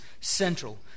central